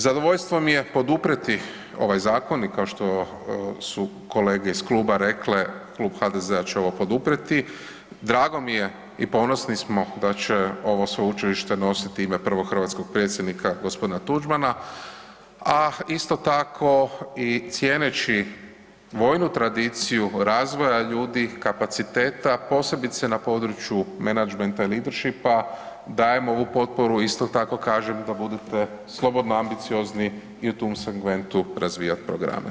Zadovoljstvo mi je poduprijeti ovaj zakon i kao što su kolege iz kluba rekle, klub HDZ-a će ovo poduprijeti, drago mi je i ponosni smo da će ovo sveučilište nositi ime prvog hrvatskog predsjednika gospodina Tuđmana, a isto tako cijeneći vojnu tradiciju razvoja ljudi, kapaciteta, posebice na području menadžmenta i leadershipa dajemo ovu potporu, isto tako kažem, da budete slobodno ambiciozni i u tom segmentu razvijati programe.